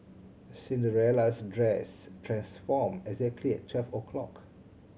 Cinderella's dress transformed exactly at twelve o' clock